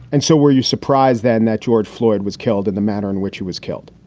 and so were you surprised then that george floyd was killed in the matter in which he was killed?